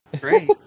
Great